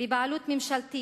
בבעלות ממשלתית,